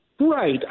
Right